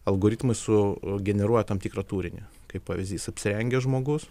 algoritmai su generuoja tam tikrą turinį kaip pavyzdys apsirengęs žmogus